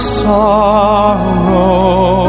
sorrow